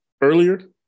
earlier